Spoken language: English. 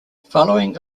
following